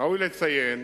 ראוי לציין